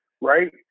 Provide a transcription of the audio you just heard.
right